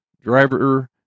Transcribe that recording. Driver